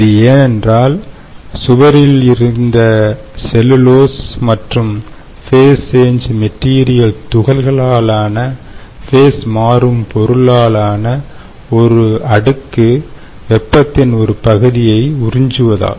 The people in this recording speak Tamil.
இது ஏனென்றால் சுவரில் இருந்த செல்லுலோஸ் மற்றும் ஃபேஸ் சேஞ் மெட்டீரியல் துகள்களால் ஆன ஃபேஸ் மாறும் பொருளால் ஆனஒரு அடுக்கு வெப்பத்தின் ஒரு பகுதியை உறிஞ்சுவதால்